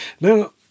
Now